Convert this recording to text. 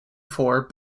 for